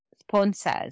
sponsors